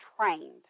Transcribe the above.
trained